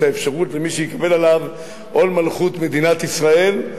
האפשרות למי שיקבל עליו עול מלכות מדינת ישראל,